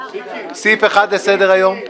סעיף 1 לסדר היום: